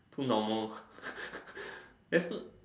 too normal that's not